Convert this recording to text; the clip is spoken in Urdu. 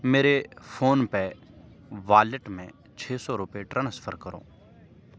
میرے فون پے والیٹ میں چھ سو روپے ٹرانسفر کرو